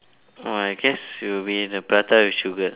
!wah! I guess it will be the prata with sugar